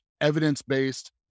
evidence-based